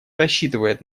рассчитывает